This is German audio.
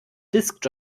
disk